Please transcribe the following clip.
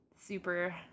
super